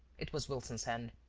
it was wilson's hand.